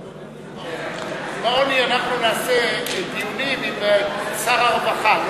בעוני אנחנו נעשה דיונים עם שר הרווחה.